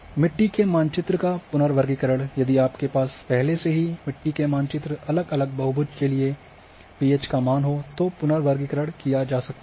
मिट्टी के मानचित्र का पुनर्वर्गीकरण यदि आपके पास पहले से ही मिट्टी के मानचित्र के अलग अलग बहुभुज के लिए पी एच का मान हो तो पुनर्वर्गीकरण किया जा सकता है